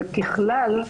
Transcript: וככלל,